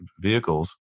vehicles